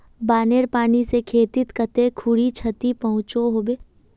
बानेर पानी से खेतीत कते खुरी क्षति पहुँचो होबे?